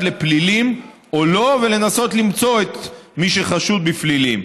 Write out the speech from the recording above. לפלילים או לא ולנסות למצוא את מי שחשוד בפלילים.